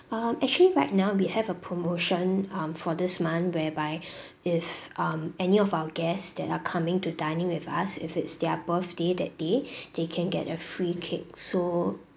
um actually right now we have a promotion um for this month whereby if um any of our guests that are coming to dine in with us if it's their birthday that day they can get a free cake so